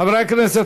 חברי הכנסת,